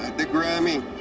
the grammy.